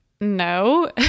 No